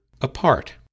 apart